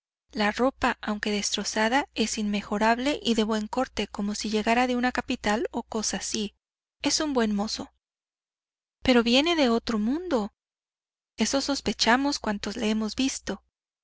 la ropa aunque destrozada es inmejorable y de buen corte como si llegara de una capital o cosa así es un buen mozo pero viene del otro mundo eso sospechamos cuantos le hemos visto